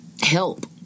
help